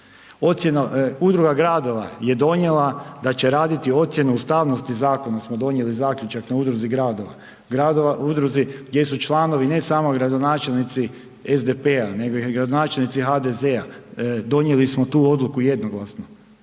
udruga gradova je donijela da će raditi ocjenu ustavnosti zakona, smo donijeli zaključak na udruzi gradova, gradova udruzi gdje su članovi ne samo gradonačelnici SDP-a nego i gradonačelnici HDZ-a. Donijeli smo tu odluku jednoglasno